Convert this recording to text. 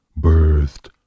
birthed